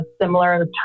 similar